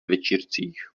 večírcích